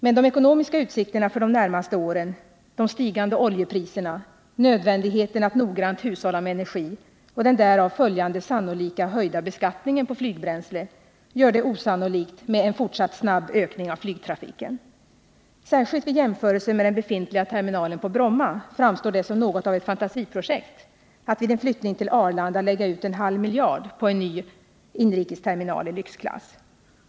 Men de ekonomiska utsikterna för de närmaste åren, de stigande oljepriserna, nödvändigheten att noggrant hushålla med energi och den därav följande och sannolika höjda beskattningen på flygbränsle gör inte en fortsatt snabb ökning av flygtrafiken trolig. Vidare framstår det, särskilt vid jämförelse med den befintliga terminalen på Bromma, som något av ett fantasiprojekt att vid en flyttning till Arlanda lägga ut en halv miljard på en ny inrikesterminal i lyxklass.